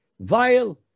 vile